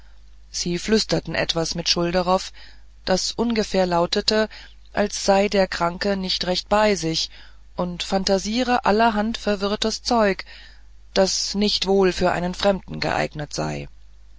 sie flüsterten etwas mit schulderoff das ungefähr lautete als sei der kranke nicht recht bei sich und phantasiere allerhand verwirrtes zeug das nicht wohl für einen fremden geeignet sei